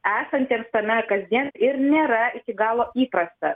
esantiems tame kasdien ir nėra iki galo įprasta